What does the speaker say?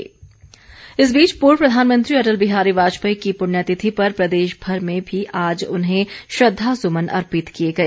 श्रद्वांजलि इस बीच पूर्व प्रधानमंत्री अटल बिहारी वाजपेयी की पुण्यतिथि पर प्रदेशभर में भी आज उन्हें श्रद्धासुमन अर्पित किए गए